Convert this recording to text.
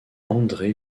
andré